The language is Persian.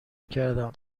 کردم